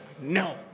No